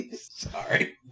Sorry